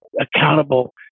accountable